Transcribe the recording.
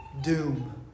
doom